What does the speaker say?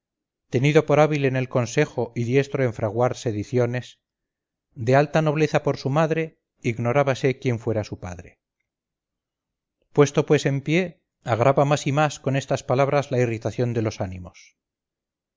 tenido por hábil en el consejo y diestro en fraguar sediciones de alta nobleza por su madre ignorábase quien fuera su padre puesto pues en pie agrava más y más con estas palabras la irritación de los ánimos